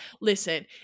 listen